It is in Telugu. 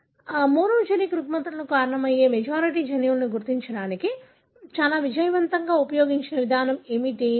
కాబట్టి మోనోజెనిక్ రుగ్మతలకు కారణమయ్యే మెజారిటీ జన్యువులను గుర్తించడానికి చాలా విజయవంతంగా ఉపయోగించిన విధానం ఏమిటి